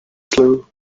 slow